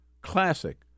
classic